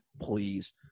please